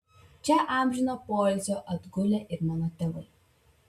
čia amžino poilsio atgulę ir mano tėvai